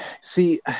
See